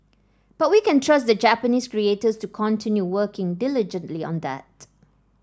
but we can trust the Japanese creators to continue working diligently on that